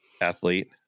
athlete